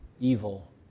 evil